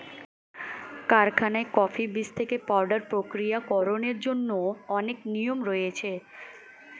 কারখানায় কফি বীজ থেকে পাউডার প্রক্রিয়াকরণের জন্য অনেক নিয়ম রয়েছে